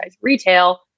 retail